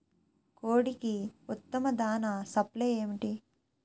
కోడికి ఉత్తమ దాణ సప్లై ఏమిటి?